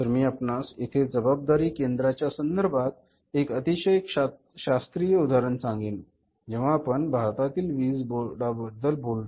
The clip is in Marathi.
तर मी आपणास येथे जबाबदारी केंद्रांच्या संदर्भात एक अतिशय शास्त्रीय उदाहरण सांगेन उदाहरणार्थ जेव्हा आपण भारतातील वीज बोर्डाविषयी बोलता